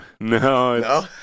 No